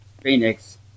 Phoenix